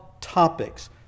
topics